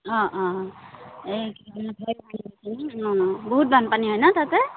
অঁ অঁ অঁ এই বহুত বানপানী হয় ন তাতে